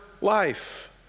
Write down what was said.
life